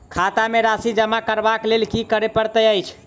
खाता मे राशि जमा करबाक लेल की करै पड़तै अछि?